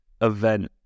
event